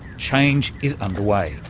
change is underway.